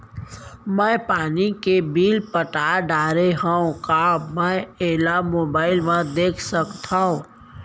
मैं पानी के बिल पटा डारे हव का मैं एला मोबाइल म देख सकथव?